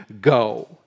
go